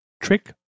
Trick